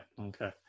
Okay